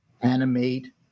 animate